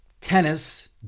Tennis